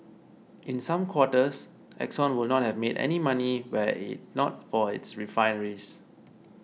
in some quarters Exxon would not have made any money were it not for its refineries